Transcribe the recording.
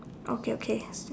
okay okay